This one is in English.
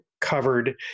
covered